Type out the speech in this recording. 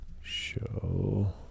show